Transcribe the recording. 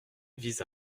vise